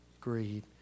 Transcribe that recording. greed